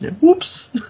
Whoops